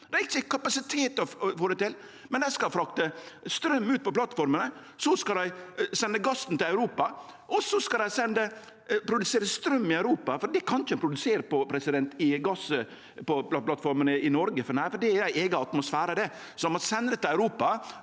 Det er ikkje kapasitet til å få det til, men dei skal frakte straum ut på plattformene, så skal dei sende gassen til Europa, og så skal dei produsere straum i Europa, for det kan ein ikkje produsere på gassplattformene i Noreg, nei, for det er ei eiga atmosfære. Ein må sende det til Europa,